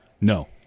No